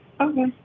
Okay